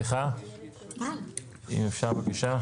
אנחנו קצת באיחור.